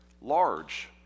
large